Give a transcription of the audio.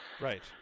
Right